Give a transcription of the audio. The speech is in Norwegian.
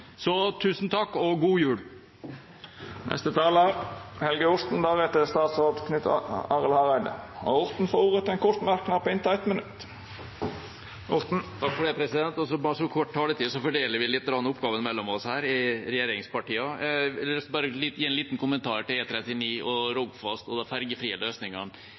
Tusen takk – og god jul! Representanten Helge Orten har hatt ordet to gonger tidlegare og får ordet til ein kort merknad, avgrensa til 1 minutt. På grunn av så kort taletid fordeler vi oppgavene lite grann mellom oss her i regjeringspartiene. Jeg hadde bare lyst til å gi en liten kommentar til E39 og Rogfast og de fergefrie løsningene. Det er